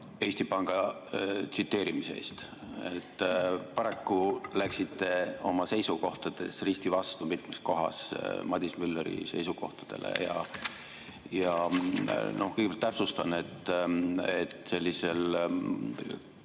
Eesti Panga tsiteerimise eest! Paraku läksite oma seisukohtades risti vastu mitmes kohas Madis Mülleri seisukohtadega. Kõigepealt täpsustan, et sellisel